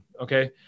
okay